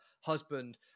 husband